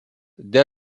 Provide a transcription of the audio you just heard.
dėl